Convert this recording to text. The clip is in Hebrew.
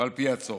ועל פי הצורך,